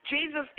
Jesus